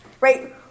right